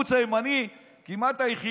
הערוץ הימני הכמעט-יחיד,